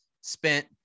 spent